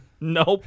Nope